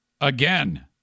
again